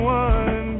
one